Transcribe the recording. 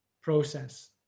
process